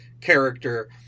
character